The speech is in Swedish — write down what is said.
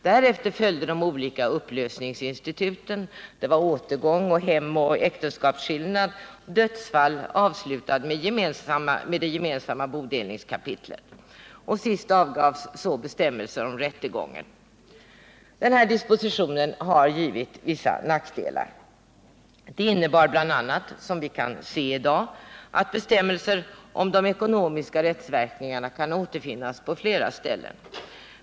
Därefter följde de olika upplösningsinstituten — återgång, hemoch äktenskapsskillnad, dödsfall — samt det gemensamma bodelningskapitlet. Sist gavs bestämmelser om rättegången. Den här dispositionen har medfört vissa nackdelar. Den innebär bl.a. att bestämmelser om de ekonomiska rättsverkningarna återfinns på flera ställen.